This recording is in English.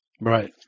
Right